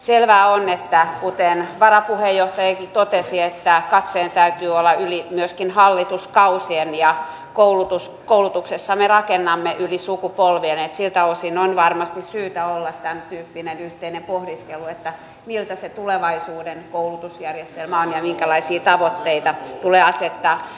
selvää on kuten varapuheenjohtajakin totesi että katseen täytyy olla myöskin yli hallituskausien ja koulutuksessa me rakennamme yli sukupolvien niin että siltä osin on varmasti syytä olla tämäntyyppinen yhteinen pohdiskelu millainen se tulevaisuuden koulutusjärjestelmä on ja minkälaisia tavoitteita tulee asettaa